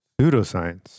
Pseudoscience